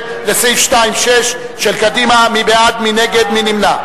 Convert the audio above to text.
לסעיף 2(6), קבוצת קדימה, אלקטרוני.